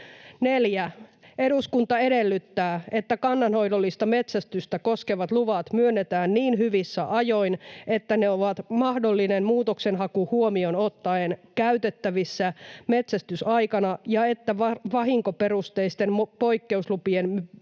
”4. Eduskunta edellyttää, että kannanhoidollista metsästystä koskevat luvat myönnetään niin hyvissä ajoin, että ne ovat mahdollinen muutoksenhaku huomioon ottaen käytettävissä metsästysaikana ja että vahinkoperusteisten poikkeuslupien